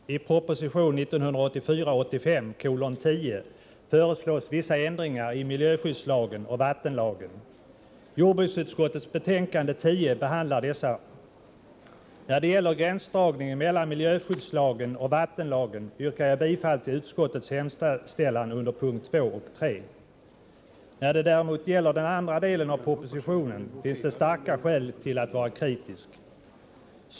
Herr talman! I proposition 1984/85:10 föreslås vissa ändringar i miljöskyddslagen och vattenlagen. Jordbruksutskottets betänkande 10 behandlar dessa. När det gäller gränsdragningen mellan miljöskyddslagen och vattenlagen yrkar jag bifall till utskottets hemställan under punkterna 2 och 3. När det däremot gäller den andra delen av propositionen finns det starka skäl till att vara kritisk.